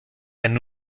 ein